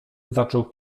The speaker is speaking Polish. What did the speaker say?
zaczął